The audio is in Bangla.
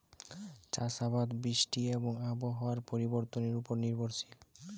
চাষ আবাদ বৃষ্টি এবং আবহাওয়ার পরিবর্তনের উপর নির্ভরশীল